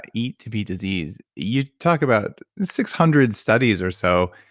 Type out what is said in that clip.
eat to beat disease, you talk about six hundred studies or so.